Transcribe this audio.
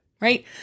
right